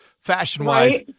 fashion-wise